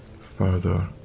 further